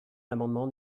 l’amendement